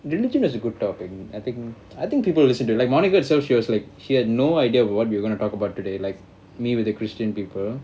religion is a good topic I think I think people listen to like monica herself she was like she had no idea what we were going to talk about today like me with the christian people